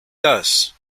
does